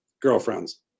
Girlfriends